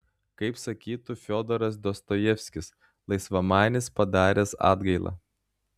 kaip sakytų fiodoras dostojevskis laisvamanis padaręs atgailą